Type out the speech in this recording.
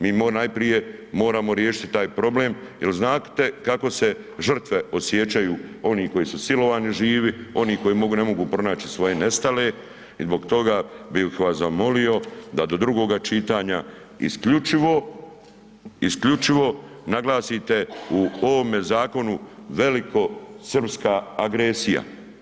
Mi moramo najprije moramo riješiti taj problem jer znate kako se žrtve osjećaju, oni koji su silovani živi, oni koji ne mogu pronaći svoje nestale i zbog toga bih vas zamolio da do drugoga čitanja isključivo, isključivo naglasite u ovome zakonu velikosrpska agresija.